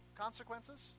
consequences